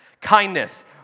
Kindness